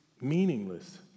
meaningless